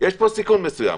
יש פה סיכון מסוים,